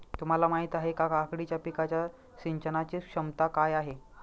तुम्हाला माहिती आहे का, काकडीच्या पिकाच्या सिंचनाचे क्षमता काय आहे?